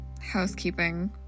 housekeeping